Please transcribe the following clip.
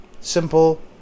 simple